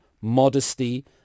modesty